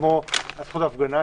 כמו הזכות להפגנה,